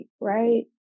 right